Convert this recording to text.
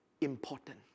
important